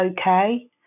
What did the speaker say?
okay